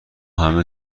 همه